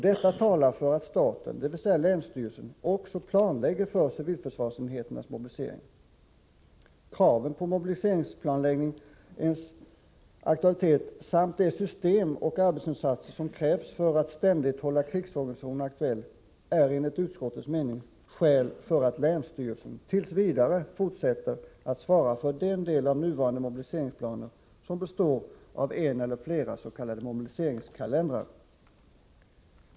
Detta talar för att staten, dvs. länsstyrelsen, också planlägger för civilförsvarsenheternas mobilisering. Kraven på mobiliseringsplanläggningens aktualitet samt de system och arbetsinsatser som krävs för att ständigt hålla krigsorganisationen aktuell utgör enligt utskottets mening skäl för att länsstyrelsen t. v. fortsätter att svara för den del av nuvarande mobiliseringsplaner som består av en eller flera s.k. mobiliseringskalendrar.